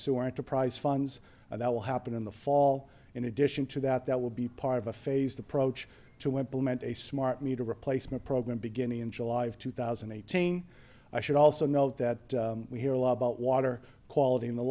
sewer enterprise funds that will happen in the fall in addition to that that will be part of a phased approach to implement a smart meter replacement program beginning in july of two thousand and eighteen i should also note that we hear a lot about water quality in the